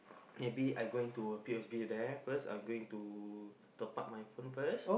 maybe I going to p_s_b there first I going to top up my phone first